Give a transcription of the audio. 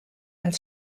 als